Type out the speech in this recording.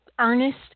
Ernest